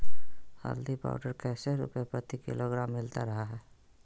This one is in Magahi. हल्दी पाउडर कैसे रुपए प्रति किलोग्राम मिलता रहा है?